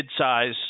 midsize